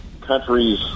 countries